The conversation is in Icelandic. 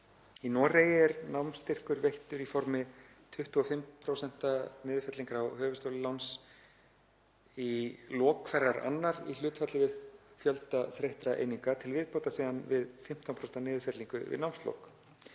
Í Noregi er námsstyrkur veittur í formi 25% niðurfellingar á höfuðstóli láns í lok hverrar annar í hlutfalli við fjölda þreyttra eininga, til viðbótar síðan við 15% niðurfellingu við námslok.